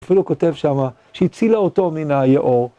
אפילו כותב שמה שהצילה אותו מן היאור.